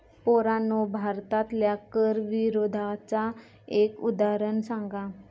पोरांनो भारतातल्या कर विरोधाचा एक उदाहरण सांगा